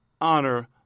honor